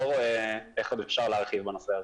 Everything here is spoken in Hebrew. רואה איך עוד אפשר להרחיב בנושא הזה.